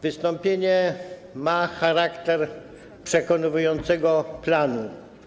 Wystąpienie ma charakter przekonującego planu.